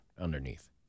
underneath